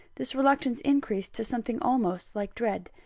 this reluctance increased to something almost like dread.